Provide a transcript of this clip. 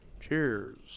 Cheers